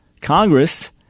Congress